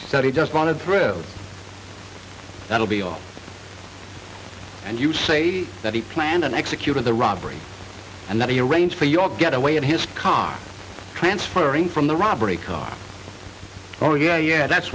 study just wanted through that'll be all and you say that he planned and executed the robbery and that he arranged for you all get away of his car transferring from the robbery car oh yeah yeah that's